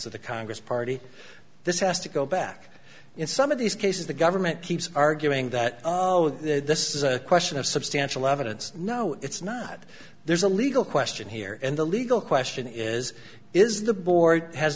of the congress party this has to go back in some of these cases the government keeps arguing that this is a question of substantial evidence no it's not there's a legal question here and the legal question is is the board has